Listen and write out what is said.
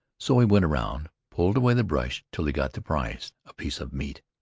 so he went around, pulled away the brush till he got the prize, a piece of meat,